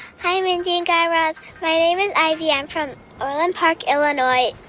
hi, mindy and guy raz. my name is ivy. i'm from orland park, ill. and like